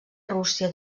rússia